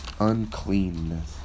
uncleanness